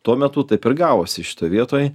tuo metu taip ir gavosi šitoj vietoj